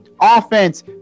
offense